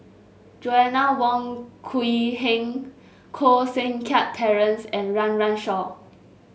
Joanna Wong Quee Heng Koh Seng Kiat Terence and Run Run Shaw